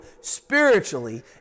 spiritually